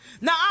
Now